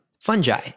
fungi